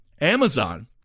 Amazon